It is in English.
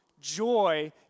Joy